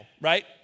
right